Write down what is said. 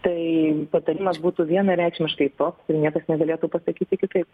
tai patarimas būtų vienareikšmiškai to ir niekas negalėtų pasakyti kitaip